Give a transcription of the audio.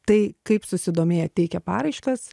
tai kaip susidomėję teikia paraiškas